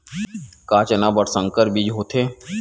का चना बर संकर बीज होथे?